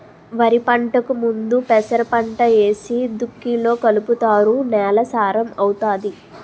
వరిపంటకు ముందు పెసరపంట ఏసి దుక్కిలో కలుపుతారు నేల సారం అవుతాది